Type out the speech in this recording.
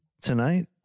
tonight